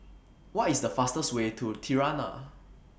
What IS The fastest Way to Tirana